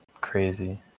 crazy